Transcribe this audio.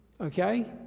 Okay